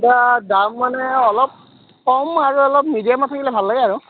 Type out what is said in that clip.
এতিয়া দাম মানে অলপ কম আৰু অলপ মিডিয়ামত থাকিলে ভাল লাগে আৰু